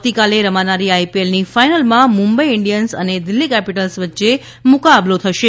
આવતીકાલે રમાનારી આઈપીએલની ફાઈનલમાં મુંબઈ ઈન્ડિયન્સ અને દિલ્ફી કેપીટલ્સ વચ્ચે મુકાબલો થશે